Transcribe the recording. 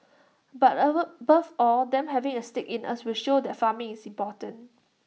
but above all them having A stake in us will show that farming is important